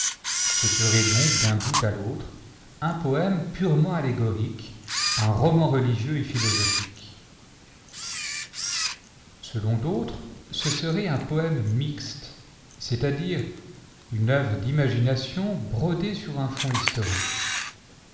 ce serait donc d'un bout à l'autre un poème purement allégorique un roman religieux et philosophique selon d'autres ce serait un poème mixte c'est-à-dire une œuvre d'imagination brodée sur un fond historique